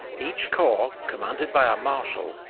each corps, commanded by a marshal,